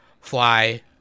fly